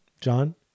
John